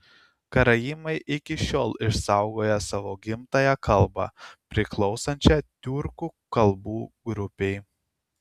karaimai iki šiol išsaugoję savo gimtąją kalbą priklausančią tiurkų kalbų grupei